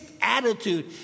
attitude